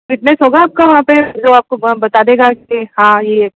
witness होगा आपका वहां पर जो आपको बता देगा कि हां यह